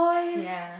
ya